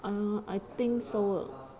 a'ah I think so eh